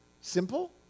simple